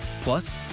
Plus